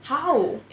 how